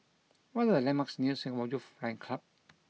what are the landmarks near Singapore Youth Flying Club